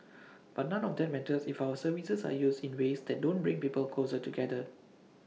but none of that matters if our services are used in ways that don't bring people closer together